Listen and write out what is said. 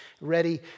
ready